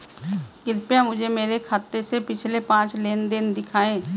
कृपया मुझे मेरे खाते से पिछले पांच लेनदेन दिखाएं